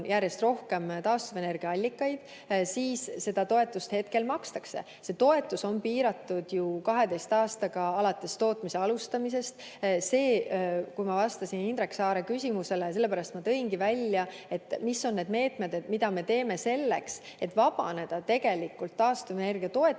järjest rohkem taastuvenergiaallikaid, siis seda toetust makstakse. See toetus on piiratud ju 12 aastaga alates tootmise alustamisest. Kui ma vastasin Indrek Saare küsimusele, siis ma tõingi välja, mis on need meetmed, mida me teeme selleks, et vabaneda tegelikult taastuvenergia toetuse